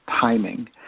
timing